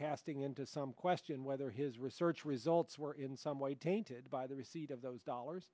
casting into some question whether his research results were in some way tainted by the receipt of those dollars